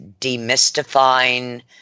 demystifying